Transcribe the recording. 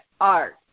art